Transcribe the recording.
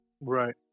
right